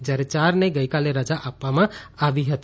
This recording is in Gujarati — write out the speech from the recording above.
જ્યારે યારને ગઈકાલે રજા આપવામાં આવી હતી